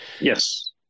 Yes